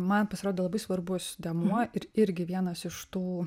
man pasirodė labai svarbus dėmuo ir irgi vienas iš tų